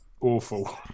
awful